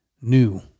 new